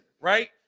right